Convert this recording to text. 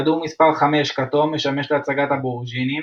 כדור מספר 5 - כתום - משמש להצגת אבוריג'ינים.